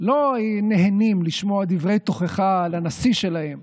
לא נהנים לשמוע דברי תוכחה לנשיא שלהם